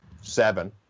seven